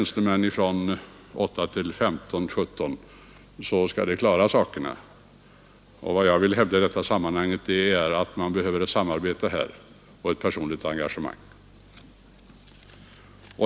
08.00 till 17.00, ingriper skall allting klaras. Vad jag i detta sammanhang vill hävda är att man härvidlag behöver ett samarbete liksom även ett personligt engagemang.